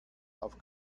auf